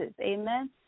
amen